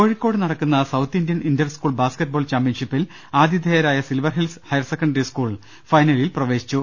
കോഴിക്കോട് നടക്കുന്ന south Indian interschool basketball ചാംപ്യൻഷിപ്പിൽ ആതിഥേയരായ സിൽവർ ഹിൽസ് ഹയർസെക്കൻഡറി സ്കൂൾ ഫൈനലിൽ പ്രവ്യേശിച്ചു